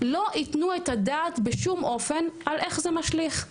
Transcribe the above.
לא יתנו את הדעת בשום אופן על איך זה משליך.